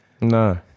No